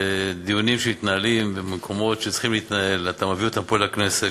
דיונים שמתנהלים במקומות שצריכים להתנהל ואתה מביא אותם פה לכנסת,